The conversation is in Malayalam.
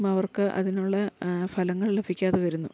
അവർക്ക് അതിനുള്ള ഫലങ്ങൾ ലഭിക്കാതെ വരുന്നു